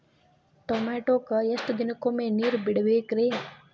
ಟಮೋಟಾಕ ಎಷ್ಟು ದಿನಕ್ಕೊಮ್ಮೆ ನೇರ ಬಿಡಬೇಕ್ರೇ?